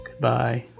Goodbye 。